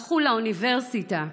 הלכו לאוניברסיטה,